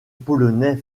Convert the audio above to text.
polonais